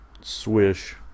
swish